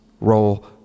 Roll